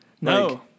No